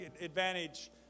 advantage